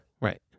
Right